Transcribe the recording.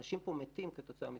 אנשים פה מתים כתוצאה מקורונה.